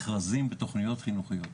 מכרזים בתוכניות חינוכיות.